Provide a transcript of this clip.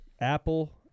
Apple